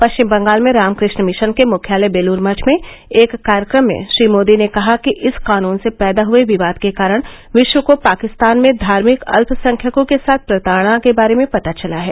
पश्चिम बंगाल में रामकृष्ण मिशन के मुख्यालय बेलूर मठ में एक कार्यक्रम में श्री मोदी ने कहा कि इस कानून से पैदा हुए विवाद के कारण विश्व को पाकिस्तान में धार्मिक अल्पसंख्यकों के साथ प्रताड़ना के बारे में पता चला है